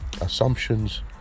assumptions